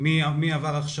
הוא מפרסם מי עבר הכשרות,